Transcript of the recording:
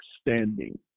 standing